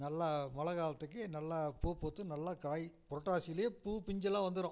நல்லா மழை காலத்துக்கு நல்லா பூப்பூத்து நல்லா காய் புரட்டாசிலேயே பூ பிஞ்செல்லாம் வந்துடும்